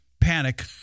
panic